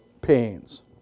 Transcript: pains